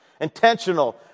intentional